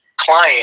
client